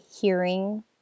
hearing